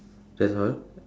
that's all